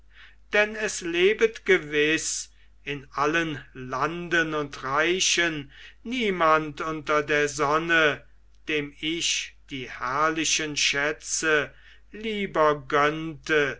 denn es lebet gewiß in allen landen und reichen niemand unter der sonne dem ich die herrlichen schätze lieber gönnte